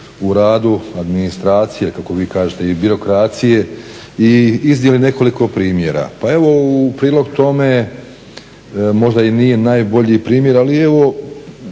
u radu administracije, kako vi kažete i birokracije, i iznijeli nekoliko primjera. Pa, evo u prilog tome, možda i nije najbolji primjer ali evo